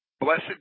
blessed